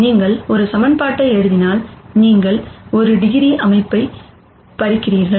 நீங்கள் ஒரு சமன்பாட்டை எழுதினால் நீங்கள் ஒரு டிகிரி அமைப்பை பறிக்கிறீர்கள்